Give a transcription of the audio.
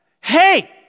Hey